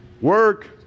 Work